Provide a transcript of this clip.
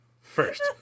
First